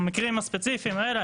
במקרים הספציפיים האלה,